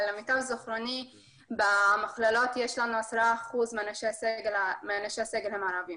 אבל למיטב זיכרוני במכללות יש לנו 10% מאנשי הסגל שהם ערבים.